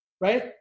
right